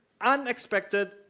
unexpected